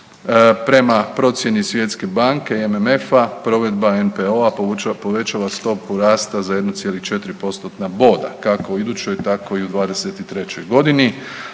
prema procjeni Svjetske banke i MMF-a, provedba NPOO-a povećava stopu rasta za 1,4 postotna boda, kako u idućoj, tako i u '23. g.